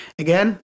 again